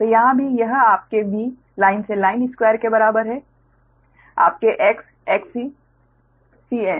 तो यहां भी यह आपके V लाइन से लाइन स्क्वायर के बराबर है आपके X Xc Can